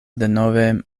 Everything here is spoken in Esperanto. denove